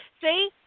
see